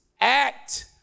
Act